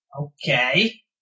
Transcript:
Okay